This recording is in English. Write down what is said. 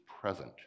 present